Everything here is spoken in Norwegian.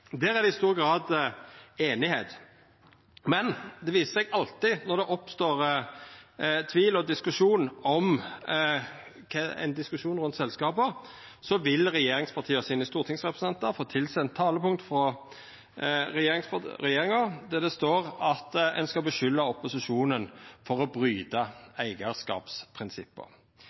Der er det i stor grad einigheit, men det viser seg alltid at når det oppstår tvil og diskusjon rundt selskapa, så vil stortingsrepresentantane frå regjeringspartia få tilsendt talepunkt frå regjeringa der det står at ein skal skulda opposisjonen for å bryta eigarskapsprinsippa.